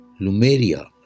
Lumeria